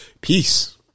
peace